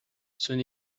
son